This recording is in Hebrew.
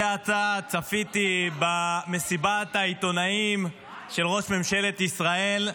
זה עתה צפיתי במסיבת העיתונאים של ראש ממשלת ישראל.